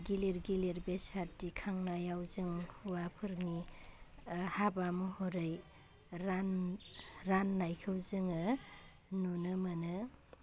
गिलिर गिलिर बेसाद दिखांनायाव जों हौवाफोरनि हाबा महरै रान्नायखौ जोङो नुनो मोनो